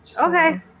Okay